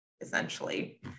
essentially